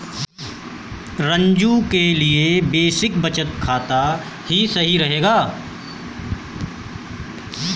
रंजू के लिए बेसिक बचत खाता ही सही रहेगा